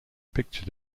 picture